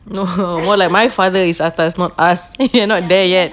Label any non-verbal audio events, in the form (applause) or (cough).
no more like my father is atas not us (laughs) we're not there yet